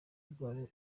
rwabo